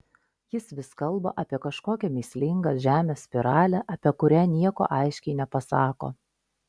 jis vis kalba apie kažkokią mįslingą žemės spiralę apie kurią nieko aiškiai nepasako